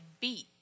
Beat